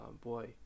boy